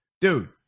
Dude